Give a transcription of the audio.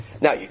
Now